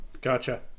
gotcha